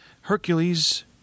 Hercules